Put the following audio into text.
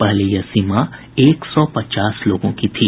पहले यह सीमा एक सौ पचास लोगों की थी